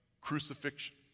crucifixion